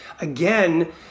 again